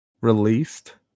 released